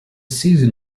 season